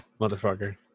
motherfucker